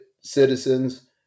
citizens